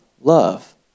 love